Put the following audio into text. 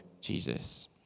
Jesus